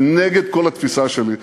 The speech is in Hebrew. זה נגד כל התפיסה שלי.